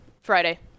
Friday